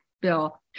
Bill